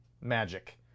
magic